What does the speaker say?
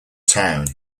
town